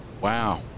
Wow